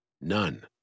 None